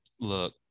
look